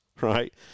right